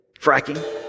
Fracking